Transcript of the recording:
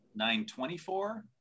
924